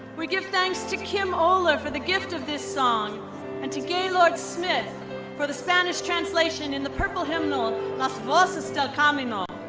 we give thanks to kim oler for the gift of this song and to gaylord smith for the spanish translation in the purple hymnal las voces del camino.